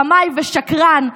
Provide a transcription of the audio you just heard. רמאי ושקרן,